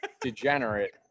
degenerate